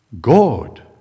God